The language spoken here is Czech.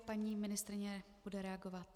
Paní ministryně bude reagovat.